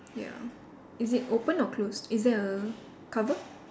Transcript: ya is it opened or closed is there a cover